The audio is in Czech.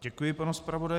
Děkuji panu zpravodaji.